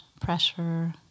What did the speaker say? pressure